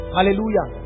Hallelujah